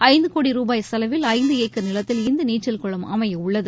ஐந்து கோடி ரூபாய் செலவில் ஐந்து ஏக்கர் நிலத்தில் இந்த நீச்சல் குளம் அமையவுள்ளது